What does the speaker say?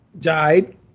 died